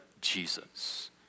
Jesus